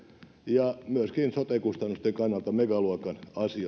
ja myöskin sote kustannusten kannalta megaluokan asia